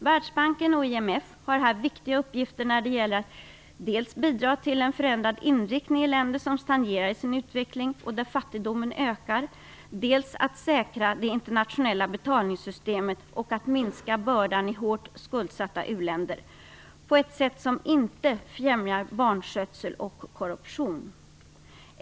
Världsbanken och IMF har här viktiga uppgifter när det gäller dels att bidra till en förändrad inriktning i länder som stagnerar i sin utveckling och där fattigdomen ökar, dels att säkra det internationella betalningssystemet och att minska bördan i hårt skuldsatta u-länder på ett sätt som inte främjar vanskötsel och korruption.